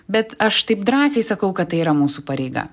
bet aš taip drąsiai sakau kad tai yra mūsų pareiga